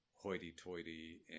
hoity-toity